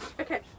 Okay